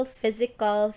physical